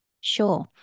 Sure